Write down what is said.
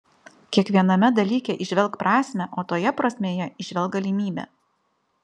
kiekviename dalyke įžvelk prasmę o toje prasmėje įžvelk galimybę